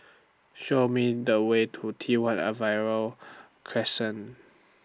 Show Me The Way to T one Arrival Crescent